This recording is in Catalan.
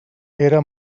era